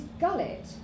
gullet